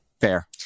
Fair